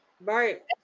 right